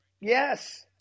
Yes